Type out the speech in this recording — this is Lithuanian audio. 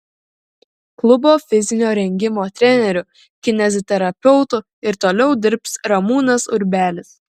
klubo fizinio rengimo treneriu kineziterapeutu ir toliau dirbs ramūnas urbelis